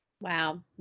Wow